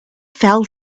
fell